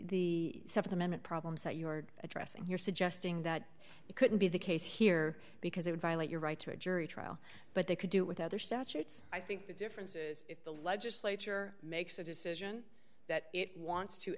the settlement problems that you're addressing you're suggesting that you couldn't be the case here because it would violate your right to a jury trial but they could do with other statutes i think the difference is if the legislature makes a decision that it wants to